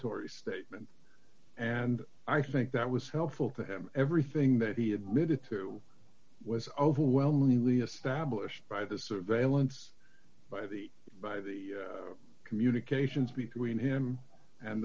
potoroo statement and i think that was helpful to him everything that he admitted to was overwhelmingly established by the surveillance by the by the communications between him and